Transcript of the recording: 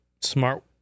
smart